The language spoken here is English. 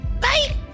Bye